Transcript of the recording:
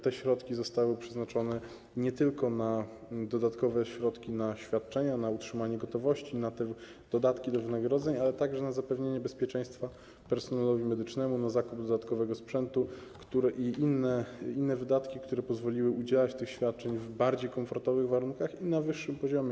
Te środki zostały przeznaczone nie tylko na dodatkowe środki na świadczenia, na utrzymanie gotowości, na dodatki do wynagrodzeń, ale także na zapewnienie bezpieczeństwa personelowi medycznemu, na zakup dodatkowego sprzętu i inne wydatki, które pozwoliły udzielać tych świadczeń w bardziej komfortowych warunkach i na wyższym poziomie.